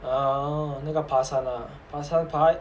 orh 那个爬山啊爬山爬